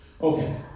Okay